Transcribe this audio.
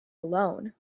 alone